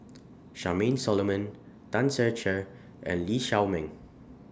Charmaine Solomon Tan Ser Cher and Lee Shao Meng